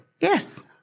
Yes